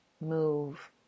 move